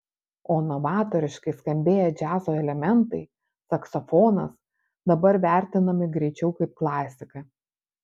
o novatoriškai skambėję džiazo elementai saksofonas dabar vertinami greičiau kaip klasika